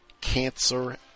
Cancer